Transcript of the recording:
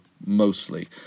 mostly